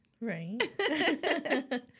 Right